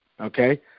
okay